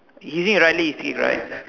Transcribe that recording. he using a right leg is kick right